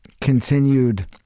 continued